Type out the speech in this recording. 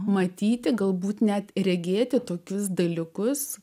matyti galbūt net regėti tokius dalykus